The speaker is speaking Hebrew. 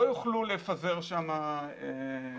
לא יוכלו לפזר שם בוצה.